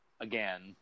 again